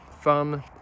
fun